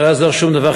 לא יעזור שום דבר,